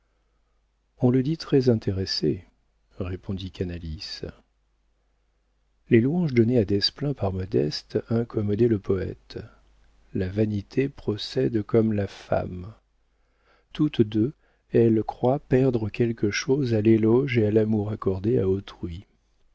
on le dit très intéressé répondit canalis les louanges données à desplein par modeste incommodaient le poëte la vanité procède comme la femme toutes deux elles croient perdre quelque chose à l'éloge et à l'amour accordés à autrui